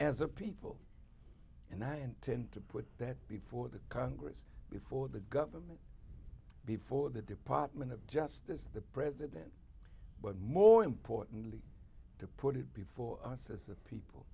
as a people and i intend to put that before the congress before the government before the department of justice the president but more importantly to put it before us as